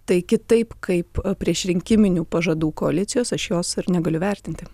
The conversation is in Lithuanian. tai kitaip kaip priešrinkiminių pažadų koalicijos aš jos ir negaliu vertinti